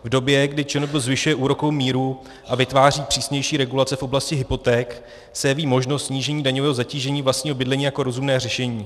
V době, kdy ČNB zvyšuje úrokovou míru a vytváří přísnější regulace v oblasti hypoték, se jeví možnost snížení daňového zatížení vlastního bydlení jako rozumné řešení.